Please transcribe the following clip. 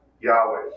Yahweh